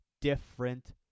different